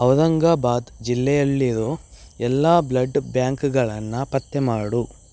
ಔರಂಗಾಬಾದ್ ಜಿಲ್ಲೆಯಲ್ಲಿರೋ ಎಲ್ಲಾ ಬ್ಲಡ್ ಬ್ಯಾಂಕ್ಗಳನ್ನ ಪತ್ತೆ ಮಾಡು